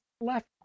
left